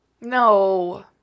no